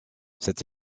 cet